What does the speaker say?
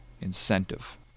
incentive